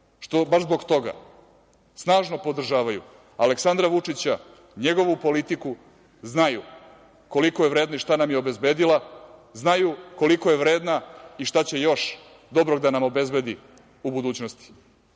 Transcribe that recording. Baš zbog toga što snažno podržavaju Aleksandra Vučića, njegovu politiku znaju koliko je vredna i šta nam je obezbedila, znaju koliko je vredna i šta će još dobro da nam obezbedi u budućnosti. Znate,